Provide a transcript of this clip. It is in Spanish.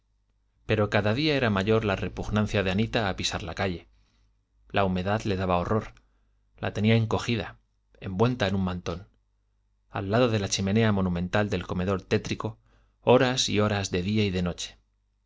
pero cada día era mayor la repugnancia de anita a pisar la calle la humedad le daba horror la tenía encogida envuelta en un mantón al lado de la chimenea monumental del comedor tétrico horas y horas de día y de noche